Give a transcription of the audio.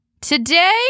today